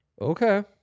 Okay